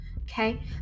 okay